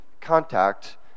contact